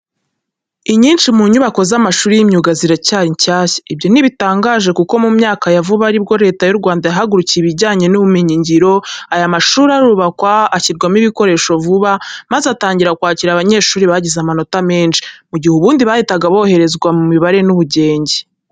Inyinshi mu nyubako z'amashuri y'imyuga ziracyari nshyashya. Ibyo ntibitangaje kuko mu myaka ya vuba ari bwo Leta y'u Rwanda yahagurukiye ibijyanye n'ubumenyingiro, aya mashuri arubakwa, ashyirwamo ibikoresho vuba, maze atangira kwakira abanyeshuri bagize amanota menshi, mu gihe ubundi bahitaga boherezwa kwiga imibare n'ubugenge.